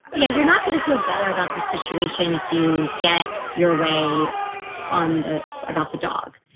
yeah, you're not going to feel better about this situation if you get your way on the about the dog.